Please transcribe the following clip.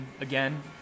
again